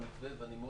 אני אגיד עוד פעם.